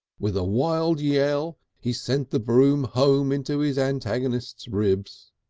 with a wild yell, he sent the broom home into his antagonist's ribs.